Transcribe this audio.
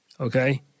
Okay